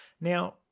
Now